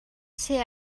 ser